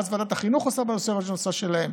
ואז ועדת החינוך עושה ישיבה בנושא שלהם,